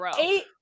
eight